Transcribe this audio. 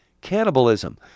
cannibalism